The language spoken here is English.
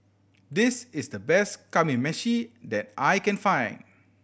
this is the best Kamameshi that I can find